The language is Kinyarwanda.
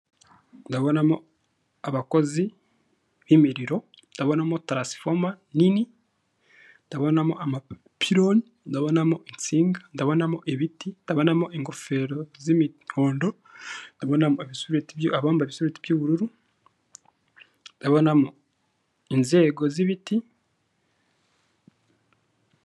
Ndabonamo abakozi b'imiriro, ndabonamo taransifoma nini, ndabonamo amapironi, ndabonamo insinga, ndabonamo ibiti, ndabonamo ingofero z'imihondo, ndabona abambaye ibisurebiti by'ubururu, ndabonamo inzego z'ibiti.